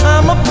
I'ma